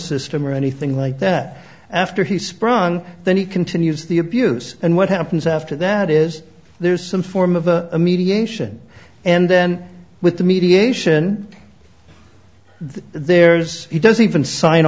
system or anything like that after he sprung that he continues the abuse and what happens after that is there's some form of a mediation and then with the mediation there's he doesn't even sign